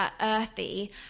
earthy